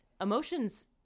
emotions